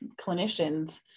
clinicians